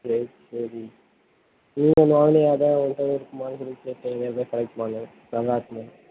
சரி சரி நீ ஒன்று வாங்குனியே அதான் எந்தளவு இருக்குமான்னு சொல்லி கேட்டேன் வேறு ஏதாவது கிடைக்குமான்னு நல்லாயிருக்குமேன்னு